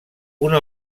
una